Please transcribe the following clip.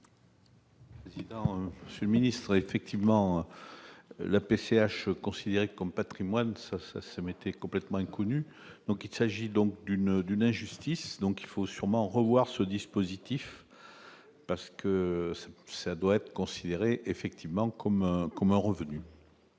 Chassaing. Ce ministre effectivement la PCH considéré comme Patrimoine ça ça ça m'était complètement inconnu, donc il s'agit donc d'une d'une injustice, donc il faut sûrement revoir ce dispositif, parce que ça doit être considéré effectivement comme comme un revenu.